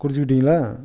குறிச்சுக்கிட்டிங்களா